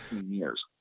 years